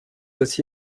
aussi